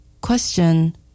Question